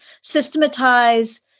Systematize